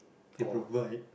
they provide